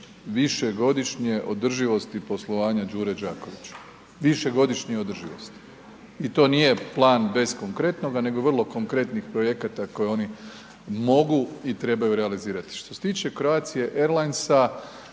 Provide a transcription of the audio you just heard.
višegodišnje održivosti poslovanja Đure Đakovića, višegodišnje održivosti. I to nije plan bez konkretnoga, nego vrlo konkretnih projekata koje oni mogu i trebaju realizirati. Što se Croatia Airlines